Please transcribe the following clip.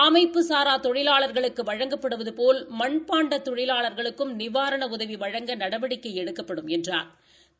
ஆமைப்புசாரா தொழிலாளா்களுக்கு வழங்கப்பட்டுபோல் மண்பாண்ட தொழிலாளர்களுக்கும் நிவாரண உதவி வழங்க நடவடிக்ககை எடுக்கப்படும் என்றாா்